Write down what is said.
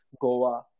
Goa